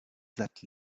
that